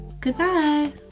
goodbye